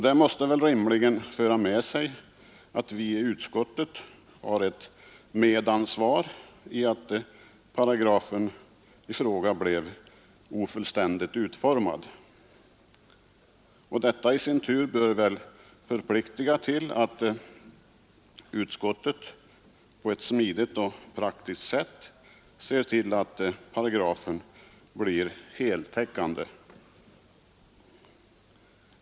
Det måste rimligen föra med sig att vi i utskottet har ett medansvar när paragrafen i fråga blev ofullständigt utformad. Detta bör väl i sin tur förpliktiga utskottet att på ett smidigt och praktiskt sätt se till att paragrafen blir heltäckande.